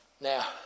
Now